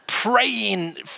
praying